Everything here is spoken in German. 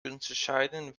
unterscheiden